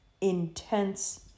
intense